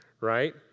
right